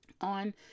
on